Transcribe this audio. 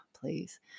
please